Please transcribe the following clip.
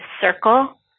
circle